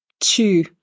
two